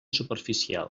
superficial